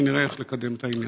ונראה איך לקדם את העניין.